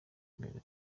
imbere